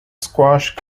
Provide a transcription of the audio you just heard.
squash